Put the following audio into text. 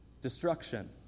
Destruction